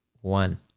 One